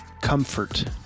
comfort